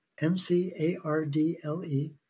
M-C-A-R-D-L-E